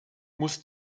muss